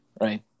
Right